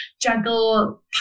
juggle